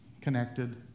connected